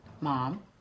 Mom